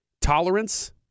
tolerance